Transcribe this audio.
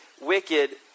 wicked